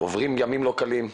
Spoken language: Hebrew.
עוברים ימים לא קלים.